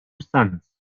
sons